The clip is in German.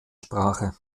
sprache